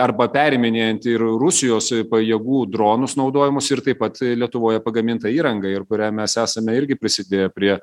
arba periminėjant ir rusijos pajėgų dronus naudojamus ir taip pat lietuvoje pagamintą įrangą ir kuria mes esame irgi prisidėję prie